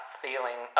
feeling